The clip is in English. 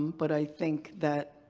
but i think that.